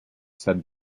said